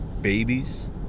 babies